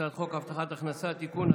הצעת חוק הבטחת הכנסה (תיקון,